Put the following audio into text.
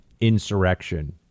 insurrection